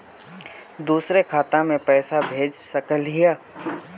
दुसरे खाता मैं पैसा भेज सकलीवह?